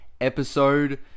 episode